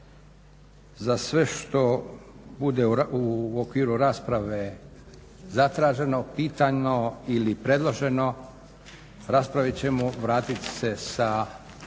Za sve što bude u okviru rasprave zatraženo, pitano ili predloženo raspravit ćemo, vratiti se sa